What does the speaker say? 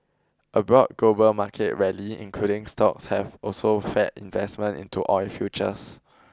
a broad global market rally including stocks have also fed investment into oil futures